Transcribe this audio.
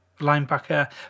linebacker